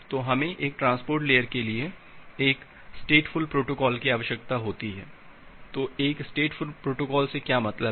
तो हमें एक ट्रांसपोर्ट लेयर के लिए एक स्टेटफुल प्रोटोकॉल की आवश्यकता है तो एक स्टेटफुल प्रोटोकॉल से क्या मतलब है